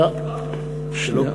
הסברתי.